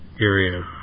area